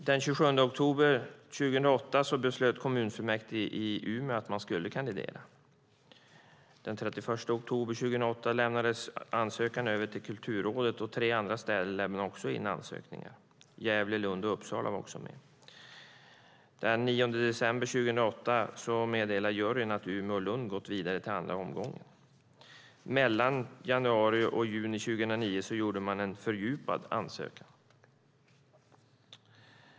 Den 27 oktober 2008 beslöt kommunfullmäktige i Umeå att man skulle kandidera. Den 31 oktober 2008 lämnades ansökan över till Kulturrådet. Tre andra städer lämnade också in ansökningar - Gävle, Lund och Uppsala var med. Den 9 december 2008 meddelade juryn att Umeå och Lund hade gått vidare till andra omgången. Mellan januari och juni 2009 gjorde man en fördjupad ansökan.